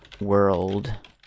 world